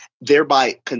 thereby